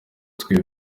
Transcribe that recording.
twe